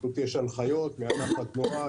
פשוט יש הנחיות מאגף התנועה,